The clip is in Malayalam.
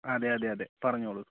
അതെ അതെ അതെ പറഞ്ഞോളു